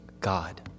God